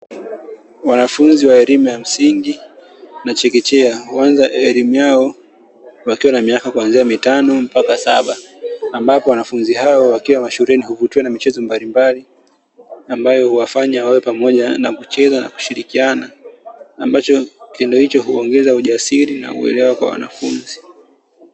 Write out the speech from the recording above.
Wanafunzi wa elimu ya msingi na chekechea, huanza elimu yao wakiwa na miaka kuanzia mitano mpaka saba; ambapo wanafunzi hao wakiwa mashuleni huvutiwa na michezo mbalimbali, ambayo huwafanya wawe pamoja na kucheza na kushirikiana, ambacho kitendo hicho huongeza ujasiri na uelewa kwa wanafunzi.